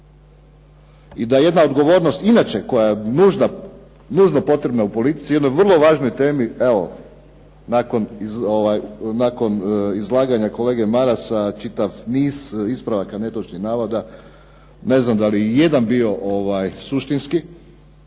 i da jedne odgovornost inače koja je nužno potrebna u politici, jednoj vrlo važnoj temi evo nakon izlaganja kolege Marasa, čitav niz ispravaka netočnih navoda ne znam da li je ijedan bio suštinski,